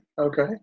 Okay